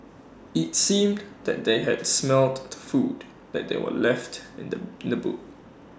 IT seemed that they had smelt the food that they were left in the in the boot